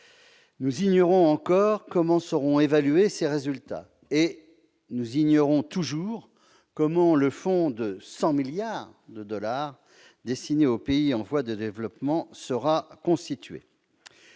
Nous ignorons encore comment seront évalués les résultats et comment le fonds de 100 milliards de dollars destiné aux pays en voie de développement sera constitué.